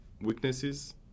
weaknesses